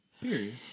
Period